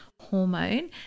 hormone